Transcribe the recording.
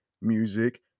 music